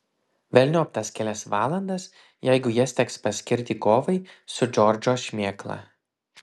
velniop tas kelias valandas jeigu jas teks paskirti kovai su džordžo šmėkla